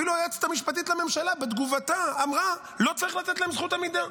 אפילו היועצת המשפטית לממשלה בתגובתה אמרה: לא צריך לתת להם זכות עמידה.